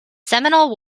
seminole